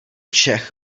čech